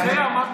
על זה אמרתי,